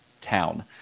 town